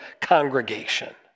congregation